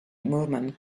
movement